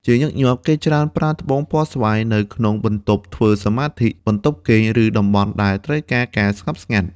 ជាញឹកញាប់ គេច្រើនប្រើត្បូងពណ៌ស្វាយនៅក្នុងបន្ទប់ធ្វើសមាធិ បន្ទប់គេង ឬតំបន់ដែលត្រូវការការស្ងប់ស្ងាត់។